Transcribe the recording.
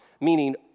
meaning